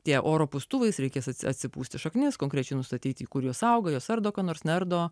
tie oro pūstuvais reikės atsipūsti šaknis konkrečiai nustatyti kur jos augo jas ardo ką nors